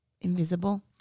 invisible